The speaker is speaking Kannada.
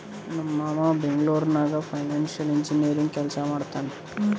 ನಮ್ ಮಾಮಾ ಬೆಂಗ್ಳೂರ್ ನಾಗ್ ಫೈನಾನ್ಸಿಯಲ್ ಇಂಜಿನಿಯರಿಂಗ್ ಕೆಲ್ಸಾ ಮಾಡ್ತಾನ್